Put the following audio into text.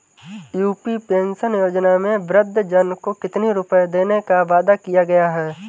UP pension योजना में वृद्धजन को कितनी रूपये देने का वादा किया गया है?